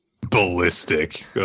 ballistic